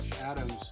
Adams